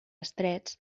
estrets